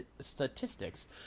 statistics